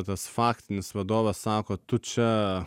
tas faktinis vadovas sako tu čia